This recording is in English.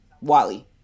Wally